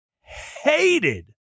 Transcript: hated